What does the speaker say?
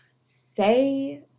say